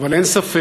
אבל אין ספק